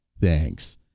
Thanks